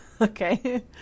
Okay